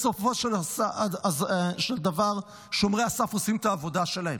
בסופו של דבר, שומרי הסף עושים את העבודה שלהם.